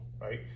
right